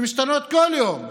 שמשתנות כל יום.